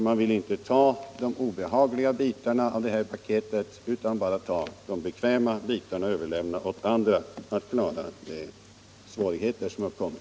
Man vill inte ta de obehagliga bitarna av detta paket utan bara de bekväma och överlämna åt andra att klara de svårigheter som uppkommer.